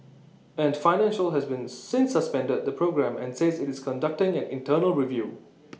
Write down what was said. ant financial has been since suspended the programme and says IT is conducting an internal review